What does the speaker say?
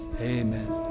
Amen